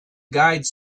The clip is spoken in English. guides